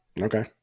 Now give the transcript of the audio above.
okay